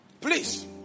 please